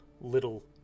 little